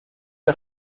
que